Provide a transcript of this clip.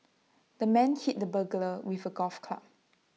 the man hit the burglar with A golf club